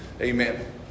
Amen